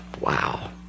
wow